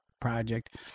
project